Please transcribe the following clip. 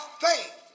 faith